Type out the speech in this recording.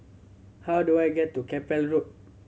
how do I get to Keppel Road